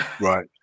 Right